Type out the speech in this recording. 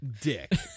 Dick